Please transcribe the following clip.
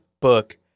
book